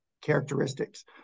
characteristics